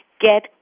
Get